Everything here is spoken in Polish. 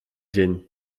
dzień